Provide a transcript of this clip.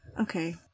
Okay